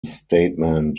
statement